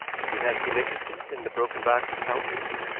you do not seem interested in the broken box of counters?